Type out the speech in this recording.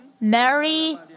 Mary